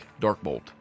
Darkbolt